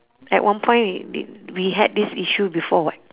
at one point thi~ we had this issue before [what]